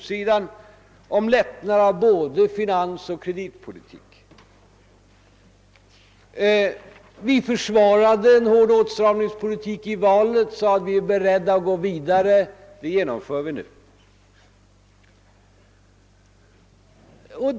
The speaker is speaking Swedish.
Detta hade vi naturligtvis ingen som helst möjlighet att tillgodose; å vår sida försvarade vi en hård åtstramningspolitik, och i valet förklarade vi oss beredda till ytterligare åtgärder. Dem genomför vi nu.